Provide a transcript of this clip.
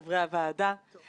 המלכה שלנו,